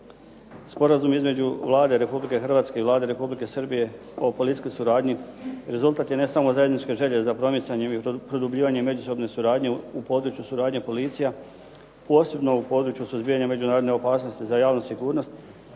Sporazum između Vlade Republike Hrvatske i Vlade Republike Srbije o policijskoj suradnji rezultat je ne samo zajedničke želje za promicanjem i produbljivanjem međusobne suradnje u području suradnje policija, posebno u području suzbijanja međunarodne opasnosti za javnu sigurnost